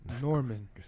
Norman